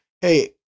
Hey